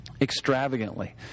extravagantly